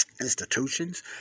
institutions